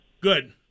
Good